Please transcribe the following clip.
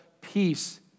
peace